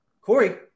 Corey